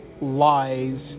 lies